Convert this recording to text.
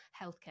healthcare